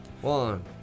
One